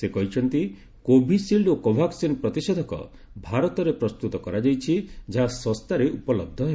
ସେ କହିଛନ୍ତି କୋଭିସିଲଡ୍ ଓ କୋଭାକ୍ସିନ୍ ପ୍ରତିଷେଧକ ଭାରତରେ ପ୍ରସ୍ତୁତ କରାଯାଇଛି ଯାହା ଶସ୍ତାରେ ଉପଲବ୍ଧ ହେବ